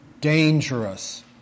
dangerous